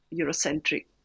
Eurocentric